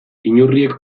inurriek